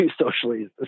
socially